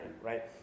right